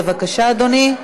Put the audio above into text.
בבקשה אדוני.